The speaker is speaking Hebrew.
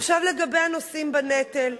עכשיו לגבי הנושאים בנטל.